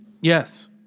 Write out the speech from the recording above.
Yes